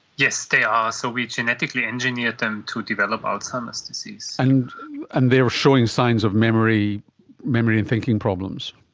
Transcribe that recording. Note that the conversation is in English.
yes, they are, so we genetically engineered them to develop alzheimer's disease. and and they were showing signs of memory memory and thinking problems?